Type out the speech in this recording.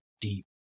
deep